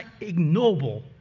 ignoble